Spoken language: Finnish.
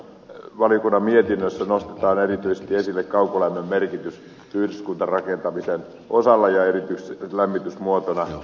tässä valiokunnan mietinnössä nostetaan erityisesti esille kaukolämmön merkitys yhdyskuntarakentamisen osalta ja erityisesti lämmitysmuotona